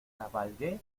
cabalgué